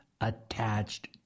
attached